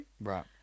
Right